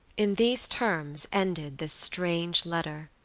in these terms ended this strange letter.